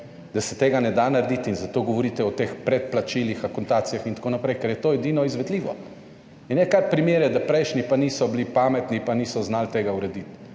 da se tega ne da narediti. In zato govorite o teh predplačilih, akontacijah, in tako naprej, ker je to edino izvedljivo. In ne kar primerjati, da prejšnji pa niso bili pametni pa niso znali tega urediti.